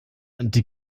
die